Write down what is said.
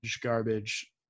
garbage